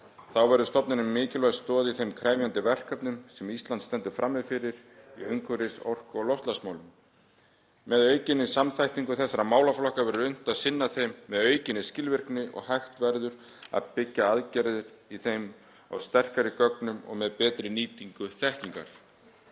Þá verður stofnunin mikilvæg stoð í þeim krefjandi verkefnum sem Ísland stendur frammi fyrir í umhverfis-, orku- og loftslagsmálum. Með aukinni samþættingu þessara málaflokka verður unnt að sinna þeim með aukinni skilvirkni og hægt verður að byggja aðgerðir í þeim á sterkari gögnum og með betri nýtingu þekkingar.